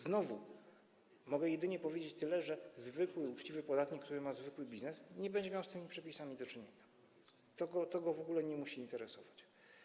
Znowu mogę jedynie powiedzieć tyle: zwykły, uczciwy Polak, który ma zwykły biznes, nie będzie miał z tymi przepisami do czynienia, to go w ogóle nie musi interesować.